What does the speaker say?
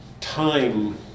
time